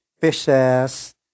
fishes